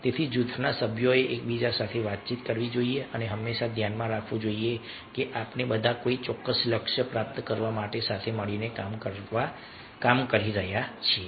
તેથી જૂથના સભ્યોએ એકબીજા સાથે વાતચીત કરવી જોઈએ અને હંમેશા ધ્યાનમાં રાખવું જોઈએ કે આપણે બધા કોઈ ચોક્કસ લક્ષ્ય પ્રાપ્ત કરવા માટે સાથે મળીને કામ કરી રહ્યા છીએ